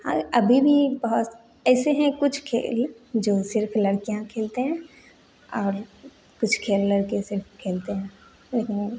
आगे अभी भी बहुत ऐसे हैं कुछ खेल जो सिर्फ लड़कियाँ खेलते हैं और कुछ खेल लड़के सिर्फ खेलते हैं लेकिन